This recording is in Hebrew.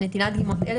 על נטילת דגימות אלה,